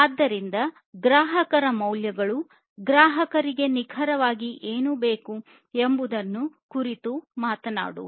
ಆದ್ದರಿಂದ ಗ್ರಾಹಕರ ಮೌಲ್ಯಗಳು ಗ್ರಾಹಕರಿಗೆ ನಿಖರವಾಗಿ ಏನು ಬೇಕು ಎಂಬುದರ ಕುರಿತು ಮಾತನಾಡುತ್ತಾರೆ